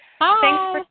Hi